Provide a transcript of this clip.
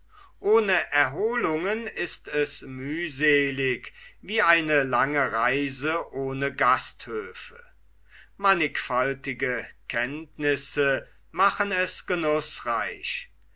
ohne erholungen ist es mühselig wie eine lange reise ohne gasthöfe mannigfaltige kenntnisse machen es